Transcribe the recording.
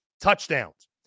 touchdowns